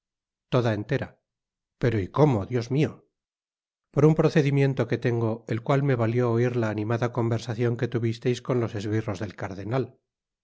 toda entera pero y cómo dios mio por un procedimiento que tengo el cual me valió oir la animada conversacion que tuvisteis con los esbirros del cardenal y